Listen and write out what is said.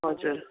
हजुर